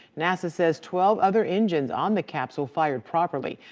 nasa says twelve other engines on the capsule fired properly.